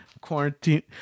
Quarantine